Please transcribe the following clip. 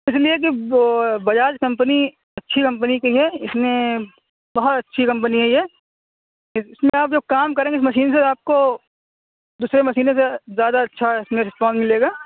اس لیے کہ بجاج کمپنی اچھی کمپنی کی ہے اس میں بہت اچھی کمپنی ہے یہ اس میں آپ جب کام کریں گے اس مشین سے آپ کو دوسرے مشینوں سے زیادہ اچھا اس میں ریسپانس ملے گا